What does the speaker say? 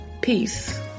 Peace